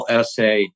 essay